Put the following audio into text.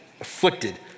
afflicted